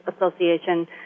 Association